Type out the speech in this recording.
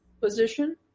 position